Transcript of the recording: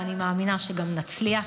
ואני מאמינה שגם נצליח.